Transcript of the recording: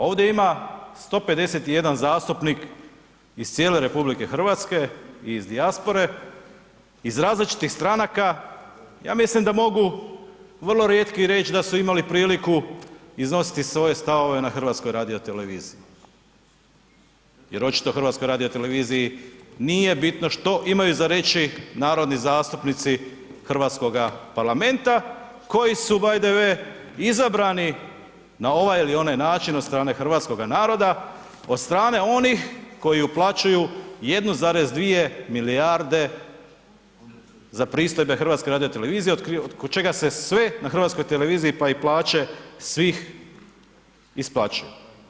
Ovdje ima 151 zastupnik iz cijele RH i iz dijaspore, iz različitih stranaka, ja mislim da mogu vrlo rijetki reć da su imali priliku iznositi svoje stavove na HRT-u jer HRT-u nije bitno što imaju za reći narodni zastupnici hrvatskoga parlamenta koji su btw. izabrani na ovaj ili onaj način od strane hrvatskog naroda, od strane onih koji uplaćuju 1,2 milijarde za pristojbe HRT-a od čega se sve na HRT-u pa i plaće svih isplaćuju.